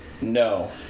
no